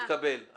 מתקבל.